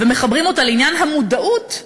ומחברים אותה לעניין המודעות,